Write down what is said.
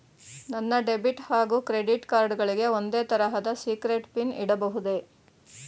ನನ್ನ ಡೆಬಿಟ್ ಹಾಗೂ credit card ಗಳಿಗೆ ಒಂದೇ ತರಹದ ಸೀಕ್ರೇಟ್ ಪಿನ್ ಇಡಬಹುದೇ?